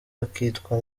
akitwa